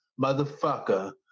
motherfucker